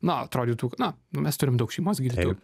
na atrodytų na mes turim daug šeimos gydytojų